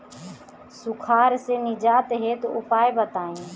सुखार से निजात हेतु उपाय बताई?